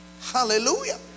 Hallelujah